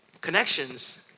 Connections